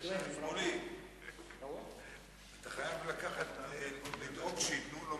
אני מזמין אותם להתקשר אלי באמצעות מכשיר הטלפון,